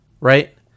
Right